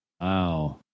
Wow